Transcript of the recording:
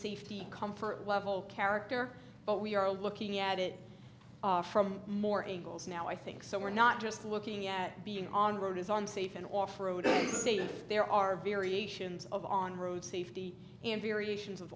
safety comfort level character but we are looking at it from more angles now i think so we're not just looking at being on road is on safe and off road i say that there are variations of on road safety and variations of